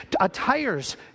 Attires